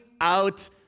out